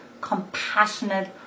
compassionate